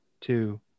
two